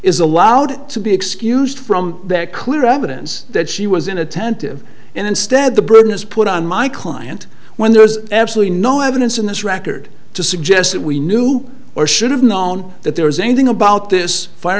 is allowed to be excused from that clear evidence that she was inattentive and instead the burden is put on my client when there was absolutely no evidence in this record to suggest that we knew or should have known that there was anything about this fire